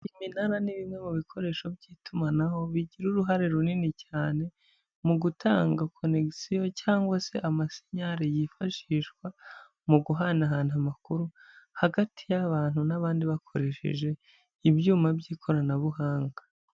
Iminara ni bimwe mu bikoresho by'itumanaho bigira uruhare runini cyane mu gutanga conegition cyangwa se amasinyari y'ifashishwa mu gu hana hana amakuru hagati y'abantu n'abandi bakoresheje ibyuma by'ikoranabuhanga.